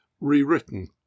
rewritten